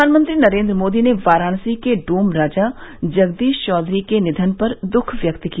प्रधानमंत्री नरेन्द्र मोदी ने वाराणसी के डोम राजा जगदीश चौधरी के निधन पर द्ःख व्यक्त किया